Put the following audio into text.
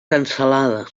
cansalada